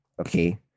Okay